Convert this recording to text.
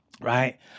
right